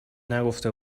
نگفته